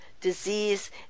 disease